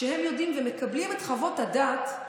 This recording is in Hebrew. כשהם יודעים ומקבלים את חוות הדעת,